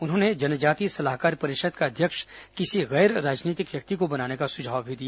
उन्होंने जनजातीय सलाहकार परिषद का अध्यक्ष किसी गैर राजनीतिक व्यक्ति को बनाने का सुझाव भी दिया